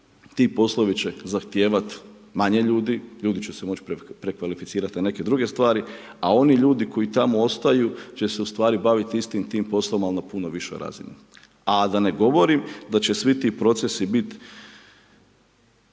ti poslovi će zahtijevati manje ljudi, ljudi će se moći prekvalificirati na neke druge stvari, a oni ljudi, koji tamo ostaju, će se ustvari baviti istim tim poslom ali na puno višoj razini. A da ne govorim, da će svi ti procesi biti